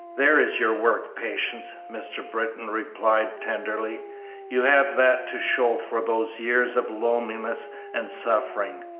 there is your work, patience, mr. britton replied, tenderly you have that to show for those years of loneliness and suffering.